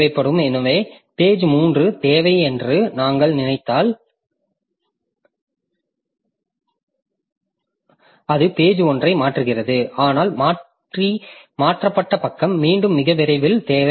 எனவே பேஜ்3 தேவை என்று நான் விளக்கிக் கொண்டிருந்தபோது அது பேஜ்1 ஐ மாற்றுகிறது ஆனால் மாற்றப்பட்ட பக்கம் மீண்டும் மிக விரைவில் தேவைப்படுகிறது